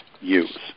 use